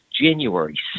January